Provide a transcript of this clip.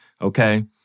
okay